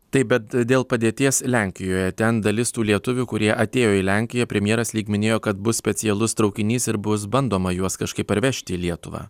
taip bet dėl padėties lenkijoje ten dalis tų lietuvių kurie atėjo į lenkiją premjeras lyg minėjo kad bus specialus traukinys ir bus bandoma juos kažkaip parvežti į lietuvą